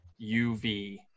UV